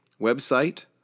website